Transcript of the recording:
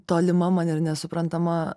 tolima man ir nesuprantama